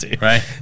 right